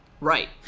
Right